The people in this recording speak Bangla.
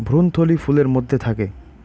ভ্রূণথলি ফুলের মধ্যে থাকে